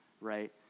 right